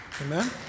Amen